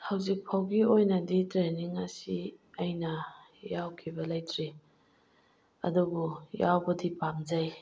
ꯍꯧꯖꯤꯛꯐꯥꯎꯒꯤ ꯑꯣꯏꯅꯗꯤ ꯇ꯭ꯔꯦꯅꯤꯡ ꯑꯁꯤ ꯑꯩꯅ ꯌꯥꯎꯈꯤꯕ ꯂꯩꯇ꯭ꯔꯤ ꯑꯗꯨꯕꯨ ꯌꯥꯎꯕꯗꯤ ꯄꯥꯝꯖꯩ